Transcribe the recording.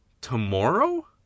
Tomorrow